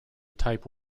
type